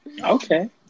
Okay